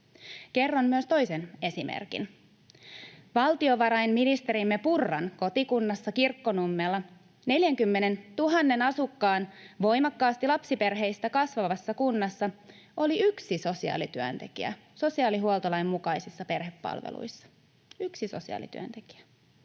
Kerron myös toisen esimerkin: valtiovarainministerimme Purran kotikunnassa Kirkkonummella, 40 000 asukkaan voimakkaasti lapsiperheistä kasvavassa kunnassa, oli yksi sosiaalityöntekijä sosiaalihuoltolain mukaisissa perhepalveluissa — yksi sosiaalityöntekijä.